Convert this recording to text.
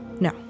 No